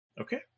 Okay